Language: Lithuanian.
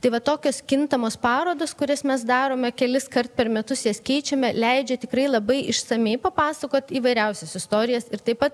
tai va tokios kintamos parodos kurias mes darome keliskart per metus jas keičiame leidžia tikrai labai išsamiai papasakot įvairiausias istorijas ir taip pat